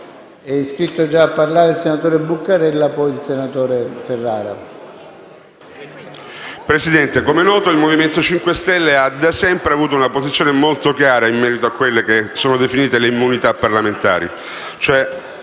Presidente, com'è noto, il Movimento 5 Stelle ha da sempre avuto una posizione molto chiara in merito a quelle che sono definite le immunità parlamentari,